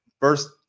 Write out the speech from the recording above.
First